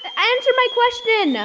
answer my question!